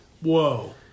Whoa